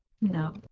No